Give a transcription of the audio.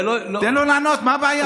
תן לו לענות, מה הבעיה?